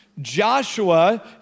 Joshua